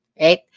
right